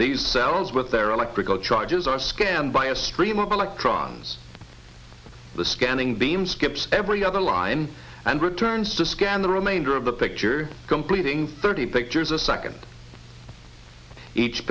these cells with their electrical charges are scanned by a stream of electrons the scanning beam skips every other line and returns to scan the remainder of the picture completing thirty pictures a second each